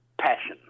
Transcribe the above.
passion